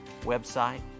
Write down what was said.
website